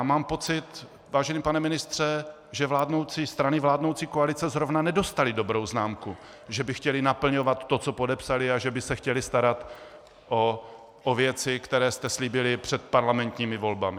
Mám pocit, vážený pane ministře, že strany vládnoucí koalice zrovna nedostaly dobrou známku, že by chtěly naplňovat to, co podepsaly, a že by se chtěly starat o věci, které jste slíbili před parlamentními volbami.